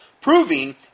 proving